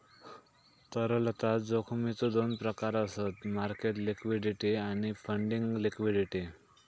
तरलता जोखमीचो दोन प्रकार आसत मार्केट लिक्विडिटी आणि फंडिंग लिक्विडिटी